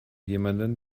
jemanden